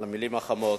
על המלים החמות.